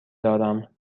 دارم